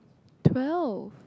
twelve